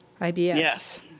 IBS